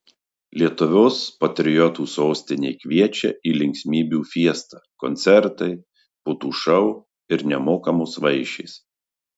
lietuvos patriotų sostinė kviečia į linksmybių fiestą koncertai putų šou ir nemokamos vaišės